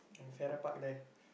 Farrer-Park there